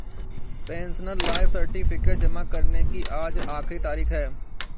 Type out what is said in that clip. pensioner life certificate जमा करने की आज आखिरी तारीख है